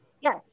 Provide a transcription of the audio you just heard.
Yes